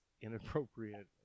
inappropriate